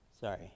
Sorry